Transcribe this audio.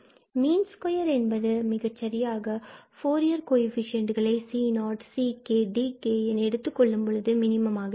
மீன் square என்பது நாம் மிகச் சரியாக ஃபூரியர் கோஎஃபீஷியேன்ட்களை c0 ck and dk என எடுத்துக்கொள்ளும் பொழுது மினிமம் ஆக இருக்கும்